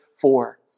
four